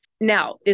Now